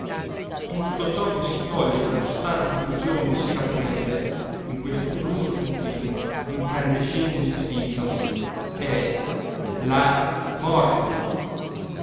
tutto ciò che si toglie dallo stato di fusione e si rapprendende in questo flusso continuo incandescente e indistinto è la morte